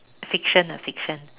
fiction ah fiction